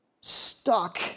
Stuck